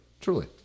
truly